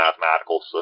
mathematical